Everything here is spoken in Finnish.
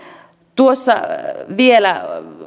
tuossa vielä